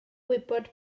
gwybod